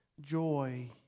joy